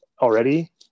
already